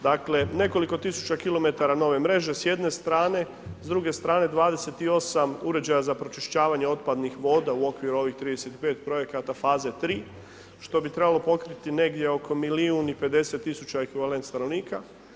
Dakle, nekoliko tisuća km nove mreže s jedne strane, s druge strane, 28 uređaja za pročišćavanje otpadnih voda u okviru ovih 35 projekata faze 3, što bi trebalo pokriti negdje oko milijun i 50 tisuća ekvivalent stanovnika.